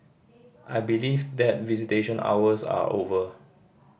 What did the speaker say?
I believe that visitation hours are over